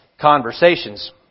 conversations